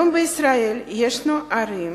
היום בישראל יש ערים